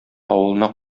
авылына